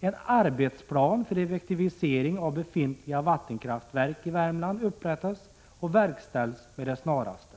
En arbetsplan för effektivisering av befintliga vattenkraftverk i Värmland upprättas och verkställs med det snaraste.